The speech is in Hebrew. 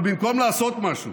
אבל במקום לעשות משהו